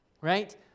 right